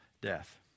death